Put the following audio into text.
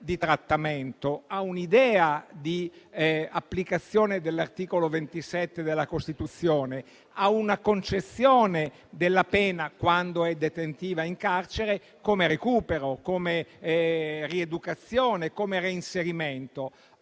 di trattamento, a un'idea di applicazione dell'articolo 27 della Costituzione, a una concezione della pena (quando è detentiva in carcere) come recupero, come rieducazione, come reinserimento.